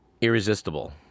Irresistible